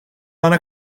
ana